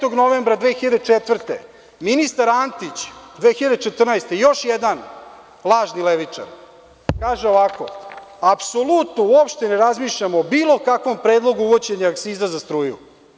Dalje, 25. novembra 2014. godine ministar Antić, još jedan lažni levičar, kaže ovako – Apsolutno uopšte ne razmišljamo o bilo kakvom predlogu uvođenja akciza za struju.